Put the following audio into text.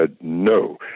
no